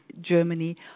Germany